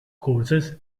courses